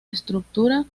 estructura